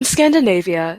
scandinavia